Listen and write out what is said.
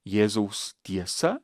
jėzaus tiesa